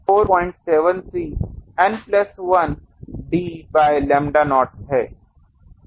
तो वह 473 N plus 1 d by lambda not है